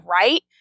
right